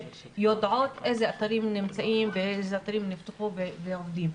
יודעות איזה אתרים נמצאים ואיזה אתים נפתחו ועובדים.